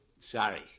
sorry